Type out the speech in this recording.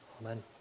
amen